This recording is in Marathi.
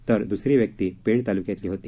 तर दुसरी व्यक्ती पेण तालुक्यातली होती